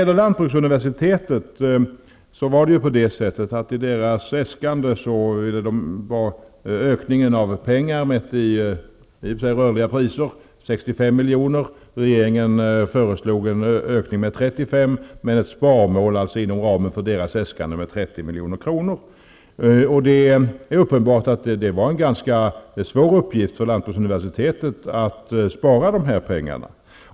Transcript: Lantbruksuniversitetet hade i sitt äskande begärt en ökning, i och för sig mätt i rörliga priser, med Det är uppenbart att det var en ganska svår uppgift för lantbruksuniversitetet att spara dessa pengar.